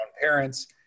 parents